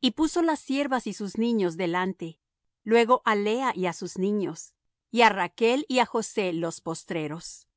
y puso las siervas y sus niños delante luego á lea y á sus niños y á rachl y á josé los postreros